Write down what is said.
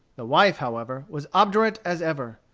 the wife, however, was obdurate as ever.